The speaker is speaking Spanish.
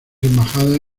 embajadas